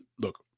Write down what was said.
look